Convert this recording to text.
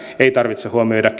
ei tarvitse huomioida